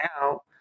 now